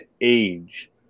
age